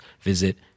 visit